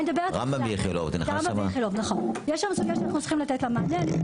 אנחנו צריכים לתת מענה לסוגיה הזו.